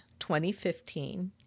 2015